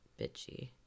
bitchy